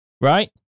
Right